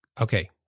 Okay